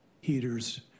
heaters